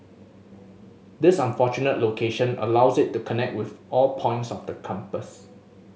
this fortunate location allows it to connect with all points of the compass